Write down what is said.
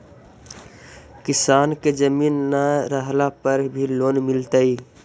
किसान के जमीन न रहला पर भी लोन मिलतइ?